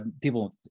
people